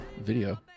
video